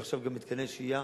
ועכשיו גם מתקני שהייה,